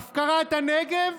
הפקרת הנגב?